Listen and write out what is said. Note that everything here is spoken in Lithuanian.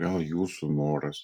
gal jūsų noras